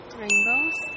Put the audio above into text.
rainbows